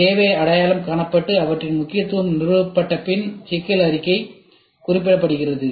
தேவை அடையாளம் காணப்பட்டு அவற்றின் முக்கியத்துவம் நிறுவப்பட்ட பின்னர் சிக்கல் அறிக்கை குறிப்பிடப்படுகிறது